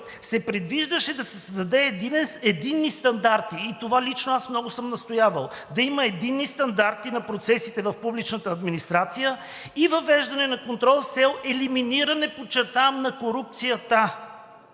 се предвиждаше да се създадат единни стандарти и лично аз много съм настоявал да има единни стандарти на процесите в публичната администрация и въвеждане на контрол с цел елиминиране, подчертавам, на корупцията.